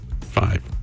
Five